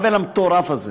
העוול המטורף הזה.